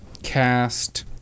Cast